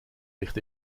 ligt